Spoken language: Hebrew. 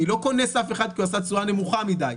אני לא קונס אף אחד כי הוא עשה תשואה נמוכה מדי,